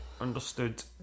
Understood